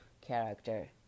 character